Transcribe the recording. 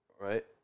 Right